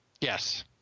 Yes